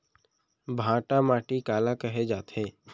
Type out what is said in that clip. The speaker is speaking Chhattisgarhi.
भांटा माटी काला कहे जाथे?